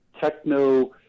techno